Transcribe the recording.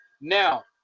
Now